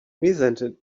resented